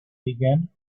began